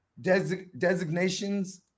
designations